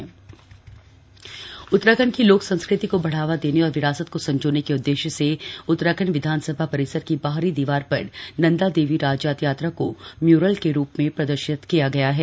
Rajjat mural Uttarakhand की लोक संस्कृति को बढ़ावा देने और विरासत को संजोने के उद्देश्य से उत्तराखंड विधानसभा परिसर की बाहरी दीवार पर नंदा देवी राजजात यात्रा को म्यूरल के रूप में प्रदर्शित किया गया है